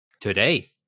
today